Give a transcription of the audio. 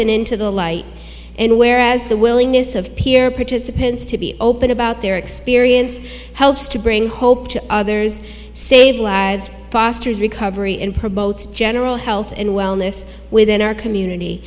and into the light and where as the willingness of peer participants to be open about their experience helps to bring hope to others save lives fosters recovery and promotes general health and wellness within our community